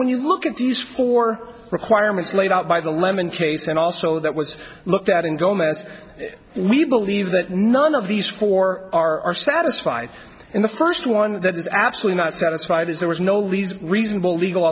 when you look at these four requirements laid out by the lemon case and also that was looked at in gomez we believe that none of these four are satisfied in the first one that is absolutely not satisfied as there was no least reasonable legal